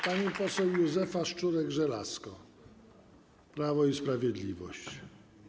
Pani poseł Józefa Szczurek-Żelazko, Prawo i Sprawiedliwość.